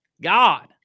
God